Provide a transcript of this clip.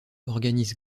organise